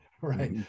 right